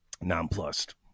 nonplussed